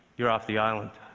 you're off the island.